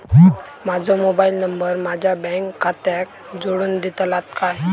माजो mobile number माझ्या bank खात्याक जोडून दितल्यात काय?